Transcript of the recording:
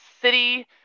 city